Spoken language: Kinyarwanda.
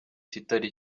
kitari